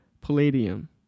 Palladium